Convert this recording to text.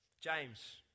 James